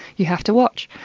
you have to watch.